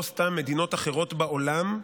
לא סתם מדינות אחרות בעולם,